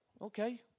Okay